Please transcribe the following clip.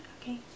okay